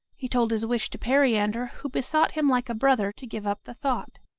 he told his wish to periander, who besought him like a brother to give up the thought.